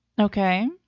Okay